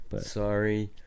Sorry